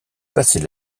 passer